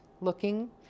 looking